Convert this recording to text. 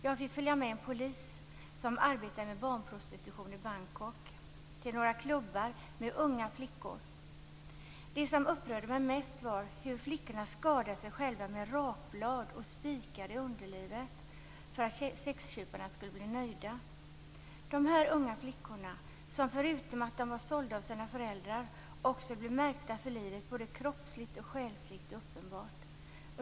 Jag fick följa med en polis som arbetar med barnprostitution i Bangkok till några klubbar med unga flickor. Det som upprörde mig mest var hur flickorna skadade sig själva med rakblad och spikar i underlivet för att sexköparna skulle bli nöjda. Att de här unga flickorna, som var sålda av sina föräldrar, också blev märkta för livet både kroppsligt och själsligt är uppenbart.